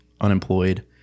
unemployed